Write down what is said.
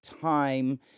time